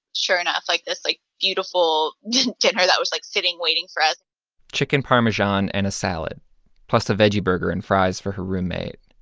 sure enough, like, this, like, beautiful dinner that was, like, sitting, waiting for us chicken parmesan and a salad plus a veggie burger and fries for her roommate.